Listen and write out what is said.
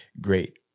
great